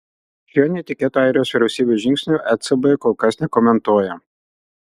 šio netikėto airijos vyriausybės žingsnio ecb kol kas nekomentuoja